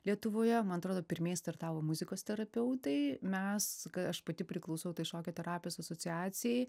lietuvoje man atrodo pirmieji startavo muzikos terapeutai mes aš pati priklausau tai šokio terapijos asociacijai